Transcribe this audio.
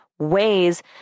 ways